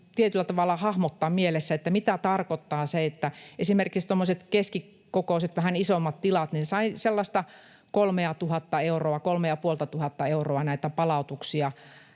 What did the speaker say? tietyllä tavalla hahmottaa mielessä, mitä tarkoittaa, että esimerkiksi tuommoiset keskikokoiset tai vähän isommat tilat saivat sellaista kolmeatuhatta euroa, kolmea- ja puoltatuhatta euroa näitä palautuksia.